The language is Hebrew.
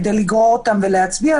כדי לגרור אותם להצביע,